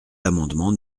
l’amendement